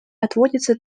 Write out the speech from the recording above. отводится